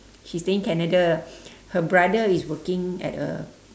she staying canada her brother is working at a